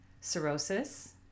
cirrhosis